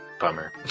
bummer